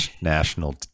National